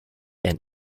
and